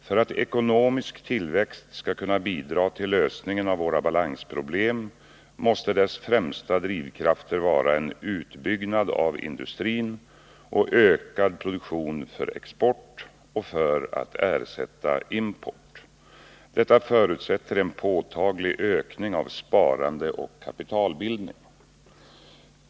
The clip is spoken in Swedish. ”För att ekonomisk tillväxt skall kunna bidra till lösningen av våra balansproblem, måste dess främsta drivkrafter vara en utbyggnad av industrin och ökad produktion för export och för att ersätta import. Detta förutsätter en påtaglig ökning av sparande och kapitalbildning.